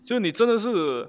就是你真的是